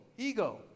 Ego